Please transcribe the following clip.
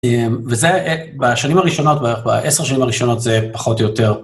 וזה בשנים הראשונות, בעשר השנים הראשונות זה פחות או יותר.